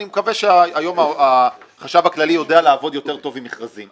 אני מקווה שהיום החשב הכללי יודע לעבוד יותר טוב עם מכרזים.